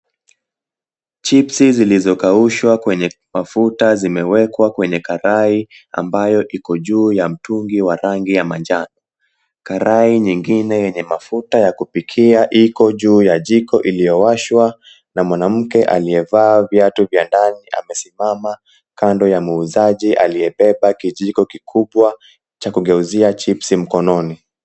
Chips zilizokaushwa kwenye mafuta zimewekwa kwenye karai ambayo iko juu ya mtungi wa rangi ya manjano. Karai nyingine yenye mafuta ya kupikia iko juu ya jiko iliyowashwa na mwanamke aliyevaa viatu vya ndani amesimama kando ya muuzaji aliyebeba kijiko kikubwa cha kugeuzia chips mkononi.